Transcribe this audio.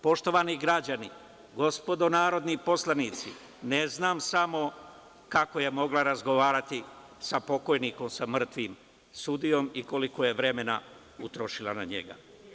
Poštovani građani, gospodo narodni poslanici, ne znam samo kako je mogla razgovarati sa pokojnikom, sa mrtvim sudijom i koliko je vremena utrošila na njega?